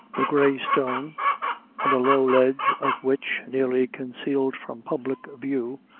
the grey stone on a low ledge of which, nearly concealed from public view,